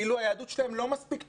כאילו היהדות שלהם לא מספיק טובה,